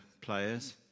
players